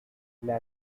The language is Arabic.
لكن